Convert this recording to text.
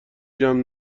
جمع